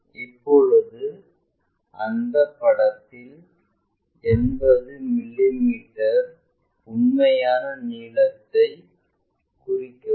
இப்போது அந்த படத்தில் 80 மிமீ உண்மையான நீளத்தைக் குறிக்கவும்